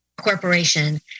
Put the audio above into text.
corporation